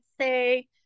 say